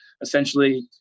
essentially